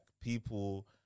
people